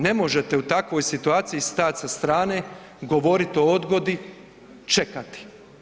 Ne možete u takvoj situaciji stajat sa strane, govorit o odgodi, čekati.